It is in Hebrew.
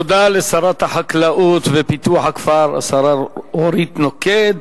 תודה לשרת החקלאות ופיתוח הכפר, השרה אורית נוקד.